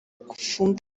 gufunga